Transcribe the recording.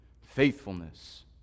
faithfulness